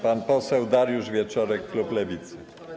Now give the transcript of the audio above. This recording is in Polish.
Pan poseł Dariusz Wieczorek, klub Lewicy.